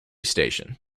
station